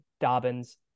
Dobbins